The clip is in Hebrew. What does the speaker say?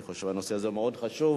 אני חושב שהנושא הזה הוא מאוד חשוב